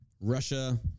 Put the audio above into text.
Russia